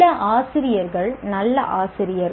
சில ஆசிரியர்கள் நல்ல ஆசிரியர்கள்